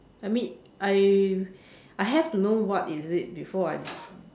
I mean I I have to know what is it before I